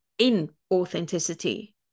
inauthenticity